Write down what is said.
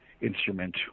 instrument